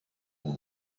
the